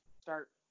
start